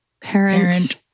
Parent